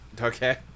Okay